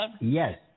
yes